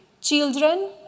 Children